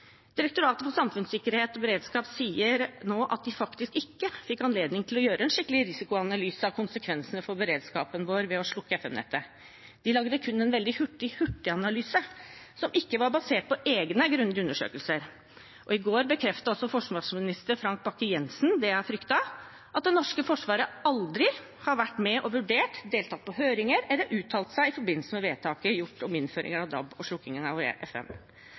Direktoratet for samfunnssikkerhet og beredskap sier nå at de faktisk ikke fikk anledning til å gjøre en skikkelig risikoanalyse av konsekvensene for beredskapen vår ved å slukke FM-nettet. De lagde kun en veldig hurtig hurtiganalyse, som ikke var basert på egne, grundige undersøkelser. I går bekreftet også forsvarsminister Frank Bakke-Jensen det jeg fryktet, at det norske forsvaret aldri har vært med og vurdert, deltatt på høringer eller uttalt seg i forbindelse med vedtaket som ble gjort om innføringen av DAB og slukkingen av